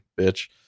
bitch